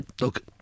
look